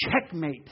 checkmate